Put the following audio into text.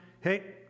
Hey